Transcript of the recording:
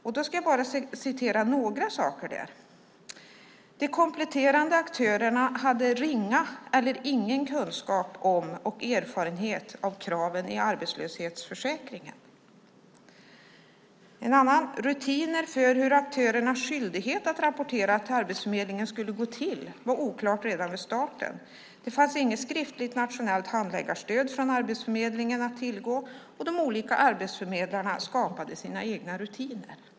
Jag ska läsa upp några saker där: De kompletterande aktörerna hade ringa eller ingen kunskap om och erfarenhet av kraven i arbetslöshetsförsäkringen. En annan sak som står är: Rutiner för hur aktörernas skyldighet att rapportera till Arbetsförmedlingen skulle gå till var oklart redan vid starten. Det fanns inget skriftligt nationellt handläggarstöd från Arbetsförmedlingen att tillgå, och de olika arbetsförmedlarna skapade sina egna rutiner.